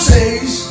says